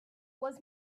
was